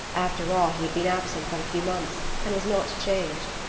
after all, he had been absent but a few months, and was not changed.